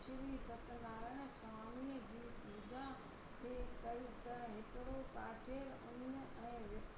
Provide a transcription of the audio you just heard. श्री सत्यनारायण स्वामीअ जे पूजा जे कई त हिकिड़ो काठेड़ उञ ऐं